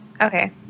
Okay